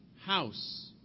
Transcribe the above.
house